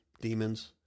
demons